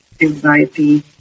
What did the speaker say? anxiety